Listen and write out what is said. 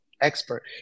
expert